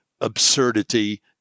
absurdity